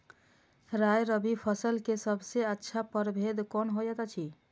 राय रबि फसल के सबसे अच्छा परभेद कोन होयत अछि?